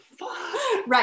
right